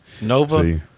Nova